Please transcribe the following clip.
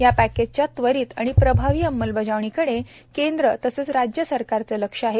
या पॅकेजच्या त्वरित आणि प्रभावी अंमलबजावणीकडे केंद्र तसेच राज्य सरकारांचे लक्ष आहे